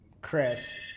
Chris